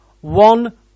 One